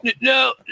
No